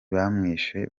bamwishe